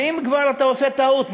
ואם כבר אתה עושה טעות,